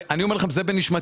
אני אומר לכם שזה בנשמתי.